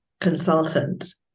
consultant